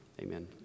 amen